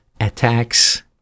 attacks